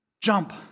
Jump